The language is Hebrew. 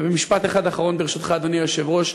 ומשפט אחד אחרון, ברשותך, אדוני היושב-ראש.